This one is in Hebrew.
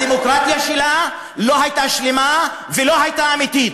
הדמוקרטיה שלה לא הייתה שלמה ולא הייתה אמיתית.